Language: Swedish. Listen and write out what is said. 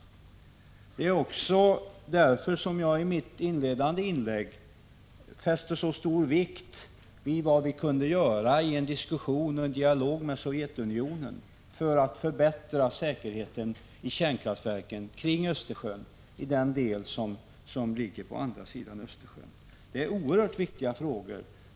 Det var också därför som jag i mitt inledande inlägg fäste så stor vikt vid vad vi kunde göra i en diskussion och i en dialog med Sovjetunionen för att förbättra säkerheten i de kärnkraftverk som ligger på andra sidan Östersjön. Detta är oerhört viktiga frågor.